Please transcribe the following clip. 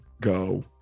go